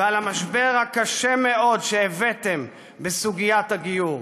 ועל המשבר הקשה מאוד שהבאתם בסוגיית הגיור.